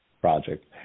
project